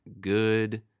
good